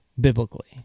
biblically